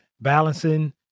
Balancing